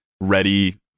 ready